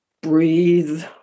breathe